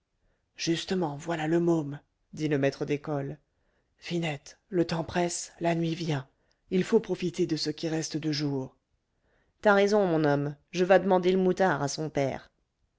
justement voilà le môme dit le maître d'école finette le temps presse la nuit vient il faut profiter de ce qui reste de jour t'as raison mon homme je vas demander le moutard à son père